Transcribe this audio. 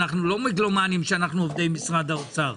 אנחנו לא מגלומנים שאנחנו עובדי משרד האוצר,